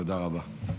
תודה רבה.